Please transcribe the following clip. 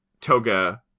Toga